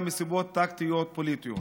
גם מסיבות טקטיות פוליטיות.